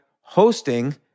hosting